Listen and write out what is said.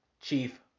Chief